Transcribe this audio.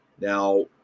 Now